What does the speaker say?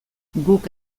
guk